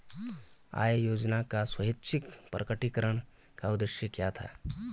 आय योजना का स्वैच्छिक प्रकटीकरण का उद्देश्य क्या था?